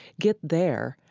get there,